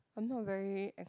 I'm not very